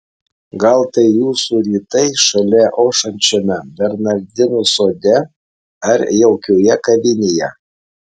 gal tai jūsų rytai šalia ošiančiame bernardinų sode ar jaukioje kavinėje